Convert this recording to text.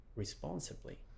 Responsibly